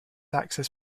access